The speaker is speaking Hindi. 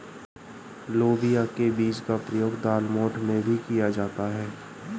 लोबिया के बीज का प्रयोग दालमोठ में भी किया जाता है